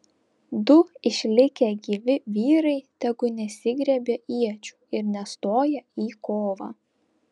du išlikę gyvi vyrai tegu nesigriebia iečių ir nestoja į kovą